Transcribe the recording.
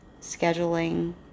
scheduling